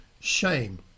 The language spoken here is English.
shame